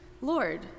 Lord